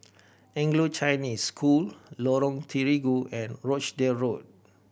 Anglo Chinese School Lorong Terigu and Rochdale Road